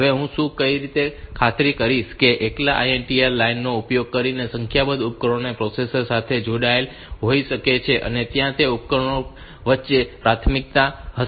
હવે હું કેવી રીતે ખાતરી કરી શકું કે એકલા INTR લાઇન નો ઉપયોગ કરીને સંખ્યાબંધ ઉપકરણો પ્રોસેસર સાથે જોડાયેલા હોઈ શકે છે અને ત્યાં તે ઉપકરણો વચ્ચે પ્રાથમિકતાઓ હશે